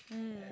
mm